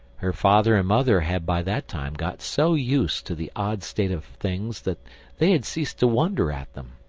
her father and mother had by that time got so used to the odd state of things that they had ceased to wonder at them.